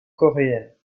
coréenne